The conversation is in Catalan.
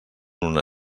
una